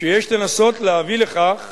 ויש לנסות להביא לכך